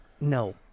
No